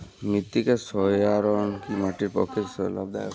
মৃত্তিকা সৌরায়ন কি মাটির পক্ষে লাভদায়ক?